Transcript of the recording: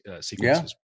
sequences